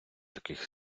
таких